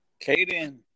Caden